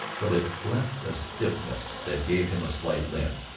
but it left a stiffness that gave him a slight limp,